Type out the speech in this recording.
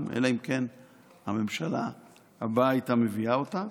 אלא אם כן הממשלה הבאה הייתה מביאה אותה.